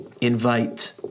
invite